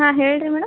ಹಾಂ ಹೇಳಿರಿ ಮೇಡಮ್